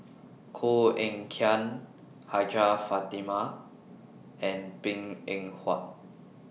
Koh Eng Kian Hajjah Fatimah and Png Eng Huat